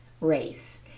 race